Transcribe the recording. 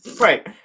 Right